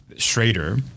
Schrader